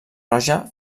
roja